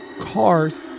cars